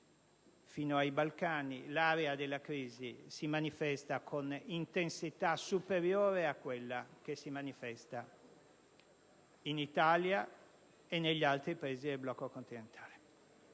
fino ai Balcani, l'area della crisi si manifesta con intensità superiore a quella che si manifesta in Italia e negli altri Paesi del blocco continentale.